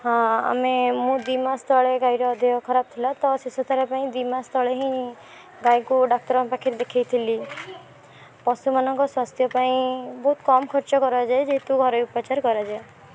ହଁ ଆମେ ମୁଁ ଦୁଇ ମାସ ତଳେ ଗାଈର ଦେହ ଖରାପ ଥିଲା ତ ଶେଷଥର ପାଇଁ ଦୁଇ ମାସ ତଳେ ହିଁ ଗାଈକୁ ଡାକ୍ତରଙ୍କ ପାଖରେ ଦେଖେଇଥିଲି ପଶୁମାନଙ୍କ ସ୍ୱାସ୍ଥ୍ୟ ପାଇଁ ବହୁତ କମ୍ ଖର୍ଚ୍ଚ କରାଯାଏ ଯେହେତୁ ଘରେ ଉପଚାର କରାଯାଏ